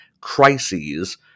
crises